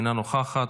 אינה נוכחת,